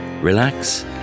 relax